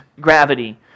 gravity